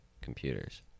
computers